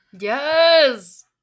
Yes